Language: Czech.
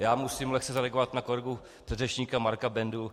Já musím lehce zareagovat na kolegu předřečníka Marka Bendu.